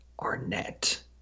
Arnett